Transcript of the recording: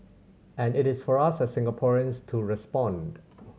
and it is for us as Singaporeans to respond